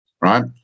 right